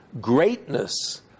greatness